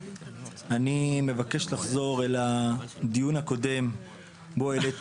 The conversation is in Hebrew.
אני מבקש לחזור אל הדיון הקודם בו העליתי